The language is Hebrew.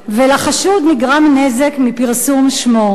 ולחשוד נגרם נזק מפרסום שמו.